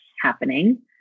happening